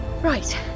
Right